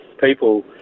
people